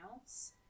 else